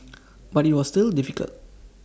but IT was still difficult